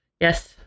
Yes